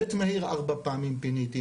בית מאיר ארבע פעמים פיניתי,